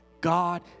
God